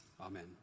amen